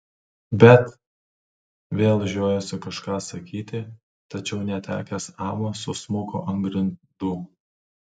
bet vėl žiojosi kažką sakyti tačiau netekęs amo susmuko ant grindų